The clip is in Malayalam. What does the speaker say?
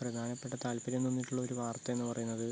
പ്രധാനപ്പെട്ട താല്പര്യം തോന്നിയിട്ടുള്ള ഒരു വാർത്ത എന്നു പറയുന്നത്